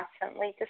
constantly